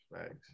thanks